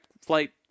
flight